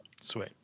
Sweet